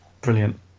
brilliant